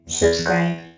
subscribe